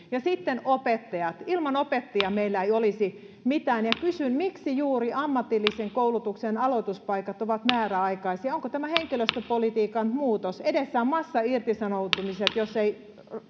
ja sitten opettajat ilman opettajia meillä ei olisi mitään kysyn miksi juuri ammatillisen koulutuksen aloituspaikat ovat määräaikaisia onko tämä henkilöstöpolitiikan muutos edessä on massairtisanoutumiset jos ei